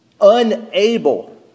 unable